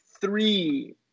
three